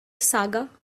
saga